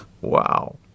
Wow